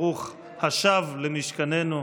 ברוך השב למשכננו.